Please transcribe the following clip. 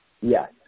Yes